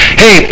hey